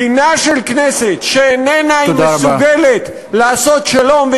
דינה של כנסת שאיננה מסוגלת לעשות שלום, תודה רבה.